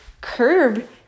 curb